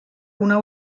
una